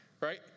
right